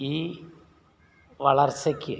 ഈ വളർച്ചയ്ക്ക്